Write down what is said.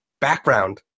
background